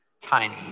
tiny